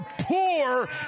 poor